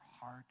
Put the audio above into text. heart